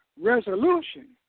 resolution